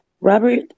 Robert